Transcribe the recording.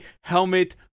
helmet